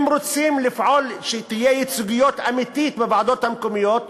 אם רוצים לפעול שתהיה ייצוגיות אמיתית בוועדות המקומיות,